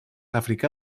africà